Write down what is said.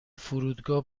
فرودگاه